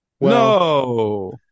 No